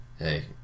Hey